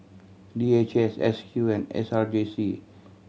D H S S Q and S R J C